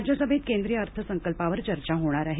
राज्यसभेत केंद्रीय अर्थसंकल्पावर चर्चा होणार आहे